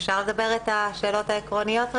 אפשר את השאלות העקרוניות?